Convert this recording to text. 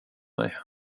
mig